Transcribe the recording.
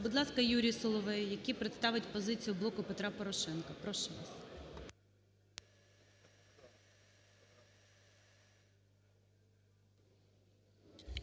Будь ласка, Юрій Соловей, який представить позицію "Блоку Петра Порошенка". Прошу.